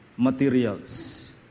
materials